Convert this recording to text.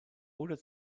oder